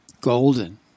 golden